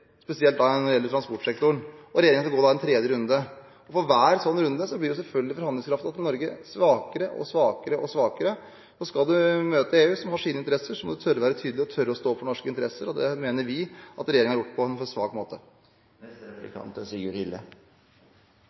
spesielt når det gjelder transportsektoren, og regjeringen skal gå en tredje runde. For hver sånn runde blir selvfølgelig forhandlingskraften til Norge svakere og svakere. Skal man møte EU, som har sine interesser, må man tørre å være tydelig og tørre å stå for norske interesser. Det mener vi at regjeringen har gjort på en for svak måte. Det var for så vidt litt av et innlegg representanten Slagsvold Vedum holdt. Jeg skjønner at det selvfølgelig er